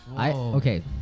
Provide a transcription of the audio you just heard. okay